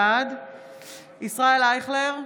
בעד ישראל אייכלר,